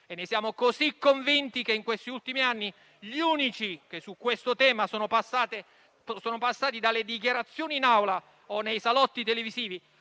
Ne siamo così convinti che in questi ultimi anni gli unici che su questo tema sono passati dalle dichiarazioni in Aula o nei salotti televisivi